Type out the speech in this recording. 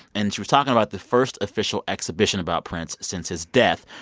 and she was talking about the first official exhibition about prince since his death,